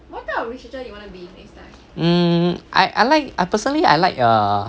um I I like I personally like err